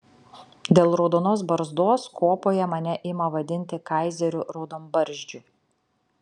dėl raudonos barzdos kuopoje mane ima vadinti kaizeriu raudonbarzdžiu